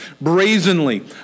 brazenly